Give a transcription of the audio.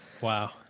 Wow